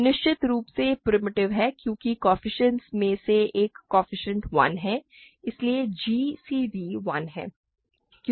यह निश्चित रूप से प्रिमिटिव है क्योंकि कोएफ़िशिएंट्स में से एक कोएफ़िशिएंट 1 है इसलिए gcd 1 है